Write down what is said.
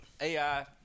AI